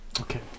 Okay